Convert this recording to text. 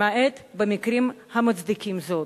למעט במקרים המצדיקים זאת.